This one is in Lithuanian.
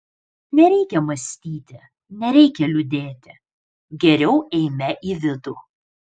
nereikia mąstyti nereikia liūdėti geriau eime į vidų